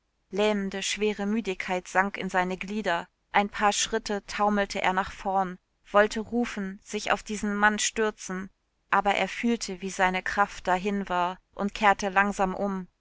lähmende schwere müdigkeit sank in seine glieder ein paar schritte taumelte er nach vorn wollte rufen sich auf diesen mann stürzen aber er fühlte wie seine kraft dahin war und kehrte langsam um